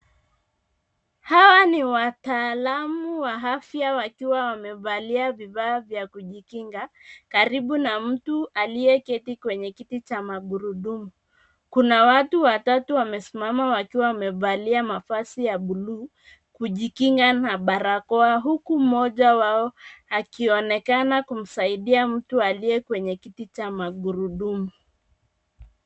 Hawa ni wataalamu wa afya wakiwa wamevalia vifaa vya kujikinga ,karibu na mtu aliyeketi kwenye kiti cha magurudumu. Kuna watu watatu wamesimama wakiwa wamevalia mavazi ya blue ,kujikinga na barakoa huku mmoja wao akionekana kumsaidia mtu aliye kwenye kiti cha magurudumu.